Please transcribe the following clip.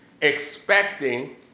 expecting